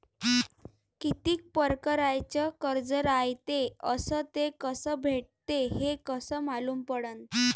कितीक परकारचं कर्ज रायते अस ते कस भेटते, हे कस मालूम पडनं?